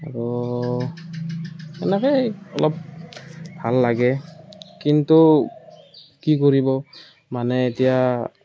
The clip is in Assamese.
আৰু এনেকেই অলপ ভাল লাগে কিন্তু কি কৰিব মানে এতিয়া